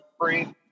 free